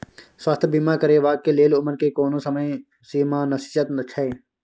स्वास्थ्य बीमा करेवाक के लेल उमर के कोनो समय सीमा निश्चित छै?